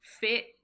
fit